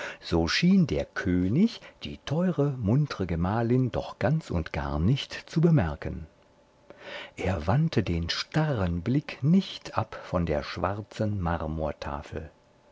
so schien der könig die teure muntre gemahlin doch ganz und gar nicht zu bemerken er wandte den starren blick nicht ab von der schwarzen